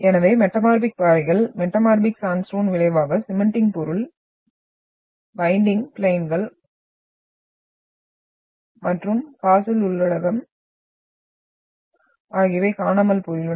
எனவே மெட்டமார்பிக் பாறைகள் metamorphic sandstone விளைவாக சிமென்டிங் பொருள் பெட்டிங் ப்ளயின்கள் மற்றும் பாசில் உள்ளடக்கம் ஆகியவை காணாமல் போயுள்ளன